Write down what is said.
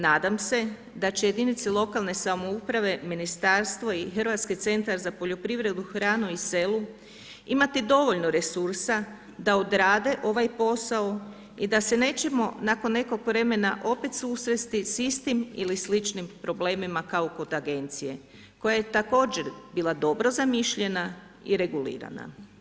Nadam se da će jedinice lokalne samouprave, ministarstvo i Hrvatski centar za poljoprivredu, hrano i selo imati dovoljno resursa da odrade ovaj posao i da se nećemo nakon nekog vremena opet susresti s istim ili sličnim problemima kao kod agencije koja je također bila dobro zamišljena i regulirana.